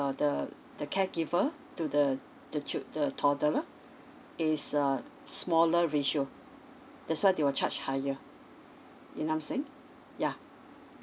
uh the the care giver to the the child the toddler is err smaller ratio that's why they will charge higher you know I'm saying yeah